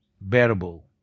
bearable